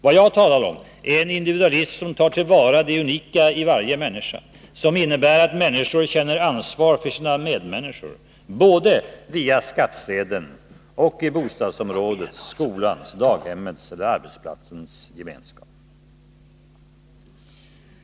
Vad jag talar om är en individualism som tar till vara det unika i varje människa, som innebär att människor känner ansvar för sina medmänniskor — både via skattsedeln och i bostadsområdets, skolans, daghemmets eller arbetsplatsens gemenskap.